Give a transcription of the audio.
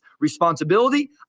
responsibility